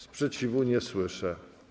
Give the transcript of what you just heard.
Sprzeciwu nie słyszę.